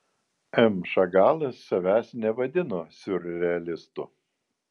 m šagalas savęs nevadino siurrealistu